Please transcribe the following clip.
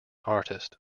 artist